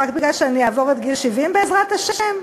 רק מפני שאני אעבור את גיל 70 בעזרת השם?